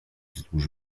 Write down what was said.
wzdłuż